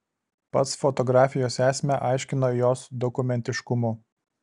pats fotografijos esmę aiškino jos dokumentiškumu